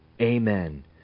amen